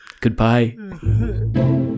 Goodbye